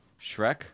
Shrek